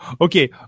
Okay